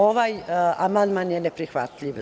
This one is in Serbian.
Ovaj amandman je neprihvatljiv.